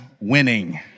winning